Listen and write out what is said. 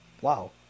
Wow